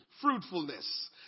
Fruitfulness